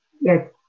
yes